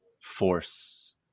force